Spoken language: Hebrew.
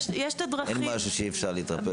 אין משהו שאי אפשר לרפא.